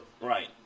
Right